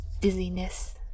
dizziness